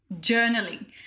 journaling